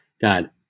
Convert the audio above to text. God